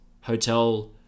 hotel